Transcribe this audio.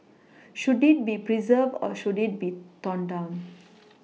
should it be pReserved or should it be torn down